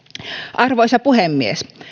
arvoisa puhemies